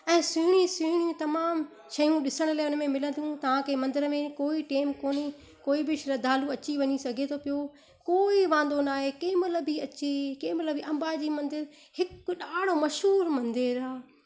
ऐं सुहिणी सुहिणियूं तमामु शयूं ॾिसण लाइ उन में मिलंदियूं तव्हांखे मंदर में कोई टेम कोन्हे कोई बि श्रद्धालू अची वञी सघे थो पियो कोई वांधो न आहे केॾीमहिल बि अची केॾीमल बि अम्बा जी मंदरु हिकु ॾाढो मशहूर मंदरु आहे